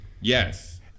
Yes